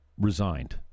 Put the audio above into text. resigned